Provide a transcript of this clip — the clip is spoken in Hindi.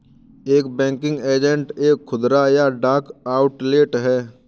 एक बैंकिंग एजेंट एक खुदरा या डाक आउटलेट है